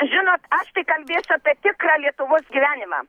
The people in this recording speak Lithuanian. žinot aš tai kalbėsiu apie tikrą lietuvos gyvenimą